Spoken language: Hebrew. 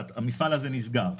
והמפעל הזה נסגר.